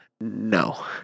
no